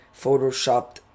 photoshopped